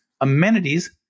amenities